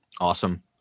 Awesome